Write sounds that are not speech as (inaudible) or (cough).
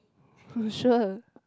(laughs) sure